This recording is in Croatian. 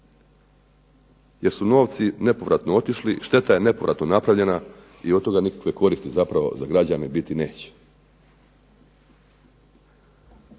jer su novci nepovratno otišli, šteta je nepovratno napravljena i od toga nikakve koristi zapravo za građane biti neće.